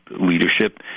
leadership